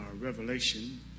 Revelation